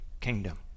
kingdom